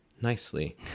Nicely